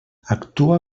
actua